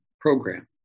program